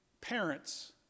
parents